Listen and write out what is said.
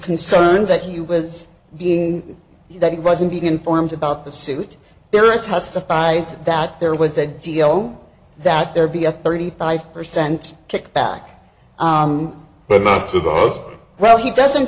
concerned that he was being that he wasn't being informed about the suit there and testifies that there was a deal that there be a thirty five percent kickback but not to both well he doesn't